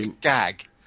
gag